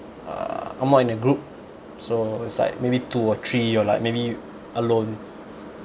uh I'm not in a group so it's like maybe two or three or like maybe alone